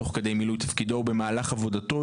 תוך כדי מילוי תפקידו או במהלך עבודתו,